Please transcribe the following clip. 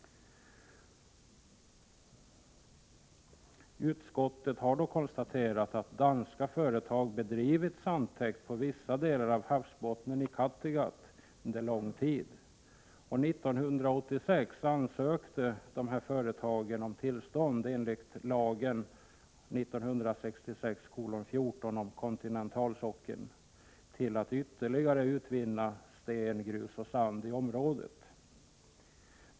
Utskottet har då konstaterat att danska företag bedrivit sandtäkt på vissa delar av havsbottnen i Kattegatt under lång tid. År 1986 ansökte dessa företag om tillstånd enligt lagen 1966:314 om kontinentalsockeln till ytterligare utvinning av sten, grus och sand i området.